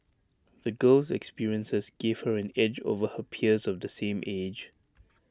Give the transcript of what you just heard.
the girl's experiences gave her an edge over her peers of the same age